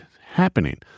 happening